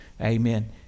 Amen